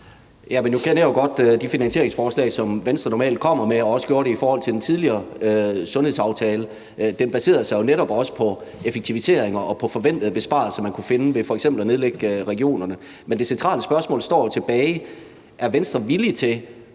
kender jeg godt de finansieringsforslag, som Venstre normalt kommer med og også gjorde det i forhold til den tidligere sundhedsaftale. Den baserede sig jo netop også på effektiviseringer og på forventede besparelser, man kunne finde ved f.eks. at nedlægge regionerne. Men det centrale spørgsmål står jo tilbage: Er Venstre villig til